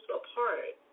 apart